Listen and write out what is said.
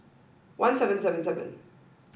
one seven seven seven